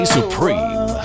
Supreme